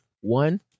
one